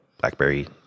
blackberry